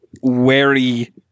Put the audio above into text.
wary